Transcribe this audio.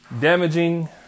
damaging